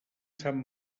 sant